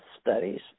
Studies